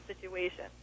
situation